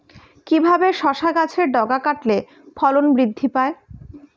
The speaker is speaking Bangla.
কিভাবে শসা গাছের ডগা কাটলে ফলন বৃদ্ধি পায়?